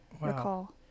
recall